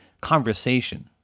conversation